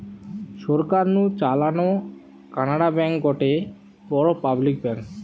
সরকার নু চালানো কানাড়া ব্যাঙ্ক গটে বড় পাবলিক ব্যাঙ্ক